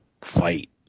fight